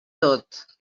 tot